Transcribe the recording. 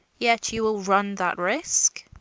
yet you will run that risk?